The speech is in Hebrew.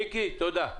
מיקי, תודה.